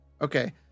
Okay